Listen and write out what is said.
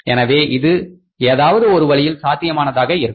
எனவே இது ஏதாவது ஒரு வழியில் சாத்தியமானதாக இருக்கும்